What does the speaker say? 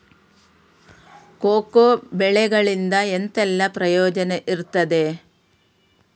Cocoa ಬೆಳೆಗಳಿಂದ ಎಂತೆಲ್ಲ ಪ್ರಯೋಜನ ಇರ್ತದೆ?